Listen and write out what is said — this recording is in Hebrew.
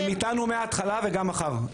הם איתנו מהתחלה וגם מחר.